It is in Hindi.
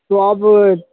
तो अब